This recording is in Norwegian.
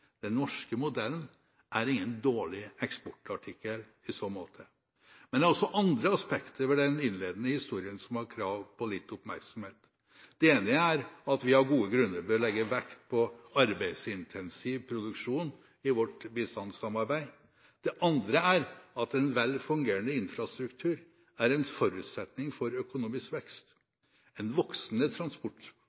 Den norske modellen er ingen dårlig eksportartikkel i så måte. Men det er også andre aspekter ved den innledende historien som har krav på litt oppmerksomhet. Det ene er at vi av gode grunner bør legge vekt på arbeidsintensiv produksjon i vårt bistandssamarbeid. Det andre er at en velfungerende infrastruktur er en forutsetning for økonomisk vekst. En voksende